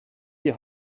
die